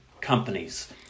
companies